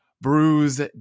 Bruise